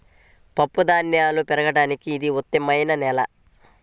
పప్పుధాన్యాలు పెరగడానికి ఇది ఉత్తమమైన నేల